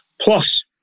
plus